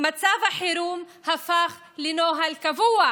מצב החירום הפך לנוהל קבוע